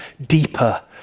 deeper